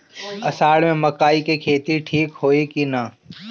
अषाढ़ मे मकई के खेती ठीक होई कि ना?